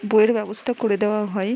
বইয়ের ব্যবস্থা করে দেওয়া হয়